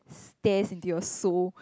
stares into your soul